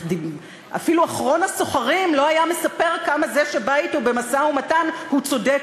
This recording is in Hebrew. אפילו אחרון הסוחרים לא היה מספר כמה זה שבא אתו במשא-ומתן הוא צודק,